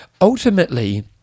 ultimately